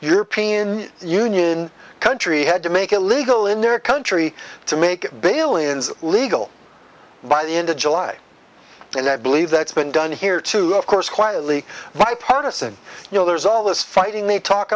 european union country had to make it legal in their country to make bail ins legal by the end of july and i believe that's been done here too of course quietly bipartisan you know there's all this fighting they talk